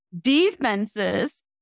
defenses